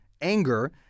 anger